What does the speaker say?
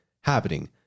happening